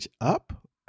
up